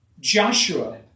Joshua